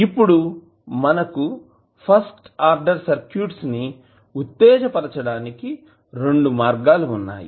ఇప్పుడు మనకు first order circuits ను ఉత్తేజపరచడానికి రెండు మార్గాలు వున్నాయి